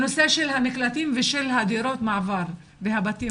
הנושא של המקלטים ושל דירות המעבר והבתים